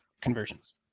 conversions